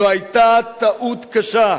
זו היתה טעות קשה"